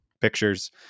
pictures